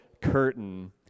curtain